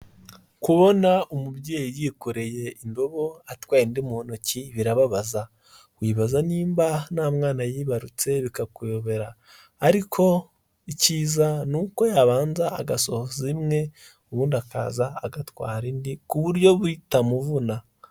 Kubona umubyeyi yikoreye indobo atwaye indi mu ntoki birababaza. Wibaza nimba nta mwana yibarutse bikakuyobera. Ariko icyiza ni uko yabanza agasohoza imwe, ubundi akaza agatwara indi ku buryo bitamuvuna.